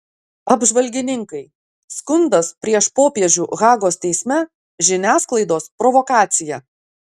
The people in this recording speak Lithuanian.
apžvalgininkai skundas prieš popiežių hagos teisme žiniasklaidos provokacija